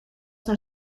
naar